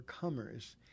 overcomers